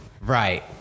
Right